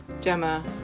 Gemma